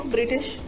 British